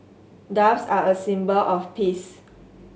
doves are a symbol of peace